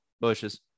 bushes